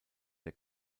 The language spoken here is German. der